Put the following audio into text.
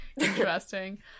interesting